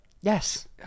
Yes